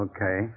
Okay